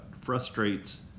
frustrates